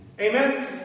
Amen